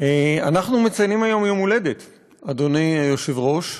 אנחנו מציינים היום יום הולדת, אדוני היושב-ראש,